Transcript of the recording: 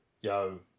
Yo